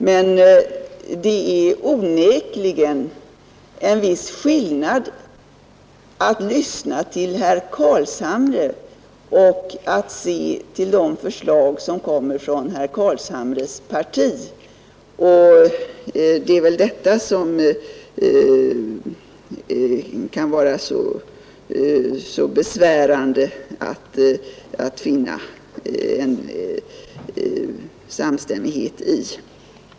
Men det är onekligen en viss skillnad att lyssna till herr Carlshamre och att se till de förslag som kommer från herr Carlshamres parti, och det är besvärligt att här finna samstämmighet.